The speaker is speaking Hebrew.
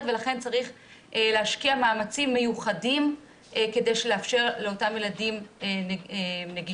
ולכן צריך להשקיע מאמצים מיוחדים כדי לאפשר לאותם ילדים נגישות.